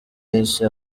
yahise